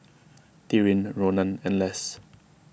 Tyrin Ronan and Less